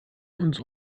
uns